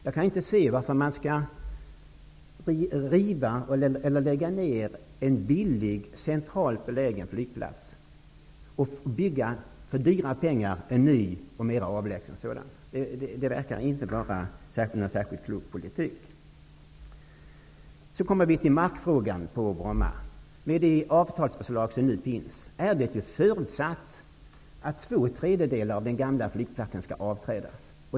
Jag kan inte se varför man skall lägga ner en billig, centralt belägen flygplats och bygga en ny och mer avlägsen sådan för dyra pengar. Det verkar inte vara någon särskilt klok politik. Så kommer vi till markfrågan. Det avtalsförslag som nu finns för Bromma innehåller förutsättningen att två tredjedelar av den gamla flygplatsen skall avträdas.